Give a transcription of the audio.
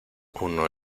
uno